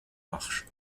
marche